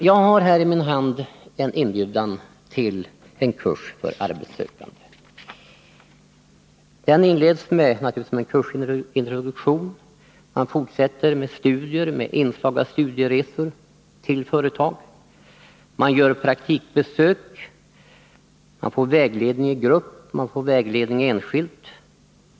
Jag har här i min hand en inbjudan till en kurs för arbetssökande. Den inleds med kursintroduktion, man fortsätter med studier med inslag av studieresor till företag, man gör praktikbesök, man får vägledning i grupp, man får vägledning enskilt.